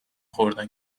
خوردن